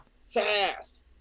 fast